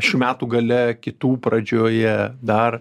šių metų gale kitų pradžioje dar